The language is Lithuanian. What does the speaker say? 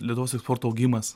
lietuvos eksporto augimas